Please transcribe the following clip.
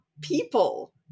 people